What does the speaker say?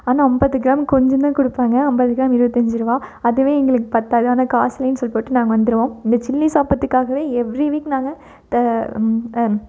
ஆனால் ஐம்பது கிராம் கொஞ்சம் தான் கொடுப்பாங்க ஐம்பது கிராம் இருபத்தஞ்சி ரூபா அதுவே எங்களுக்கு பற்றாது ஆனால் காஸ்ட்லின்னு சொல்லி போட்டு நாங்கள் வந்துடுவோம் இந்த சில்லி சாப்பிறத்துகாகவே எவ்ரி வீக் நாங்கள்